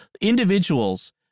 individuals